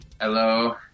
hello